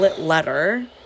Letter